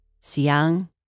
Siang